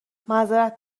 معذرت